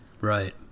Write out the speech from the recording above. Right